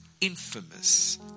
infamous